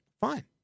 fine